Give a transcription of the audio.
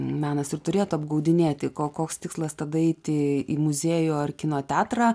menas ir turėtų apgaudinėti ko koks tikslas tada eiti į muziejų ar kino teatrą